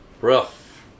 Rough